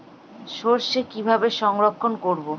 সরষে কিভাবে সংরক্ষণ করব?